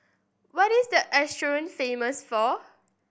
what is the Asuncion famous for